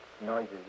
noises